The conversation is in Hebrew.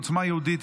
עוצמה יהודית,